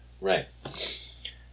Right